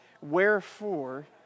Wherefore